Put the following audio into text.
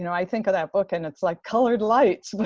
you know i think of that book and it's like colored lights,